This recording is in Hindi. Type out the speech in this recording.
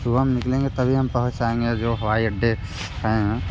सुबह में निकलेंगे तभी हम पहुच पाएंगे जो हवाई अड्डा है